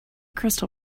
crystal